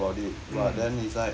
mm